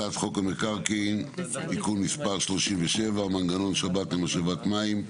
הנושא: הצעת חוק המקרקעין (תיקון מס' 37) (מנגנון שבת למשאבת מים),